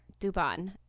Duban